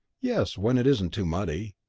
yes, when it isn't too muddy.